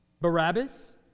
Barabbas